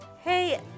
hey